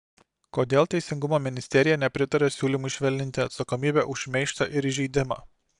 kodėl teisingumo ministerija nepritaria siūlymui švelninti atsakomybę už šmeižtą ir įžeidimą